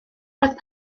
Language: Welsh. roedd